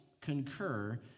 concur